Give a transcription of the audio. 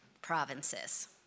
provinces